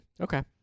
Okay